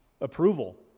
approval